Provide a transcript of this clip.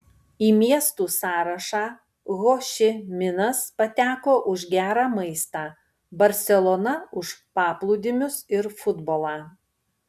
į miestų sąrašą ho ši minas pateko už gerą maistą barselona už paplūdimius ir futbolą